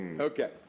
Okay